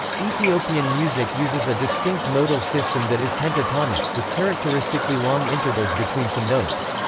ethiopian music uses a distinct modal system that is pentatonic, with characteristically long intervals between some notes.